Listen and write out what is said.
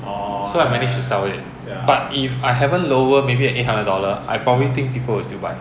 so I managed to sell it but if I haven't lower maybe at eight hundred dollar I probably think people will still buy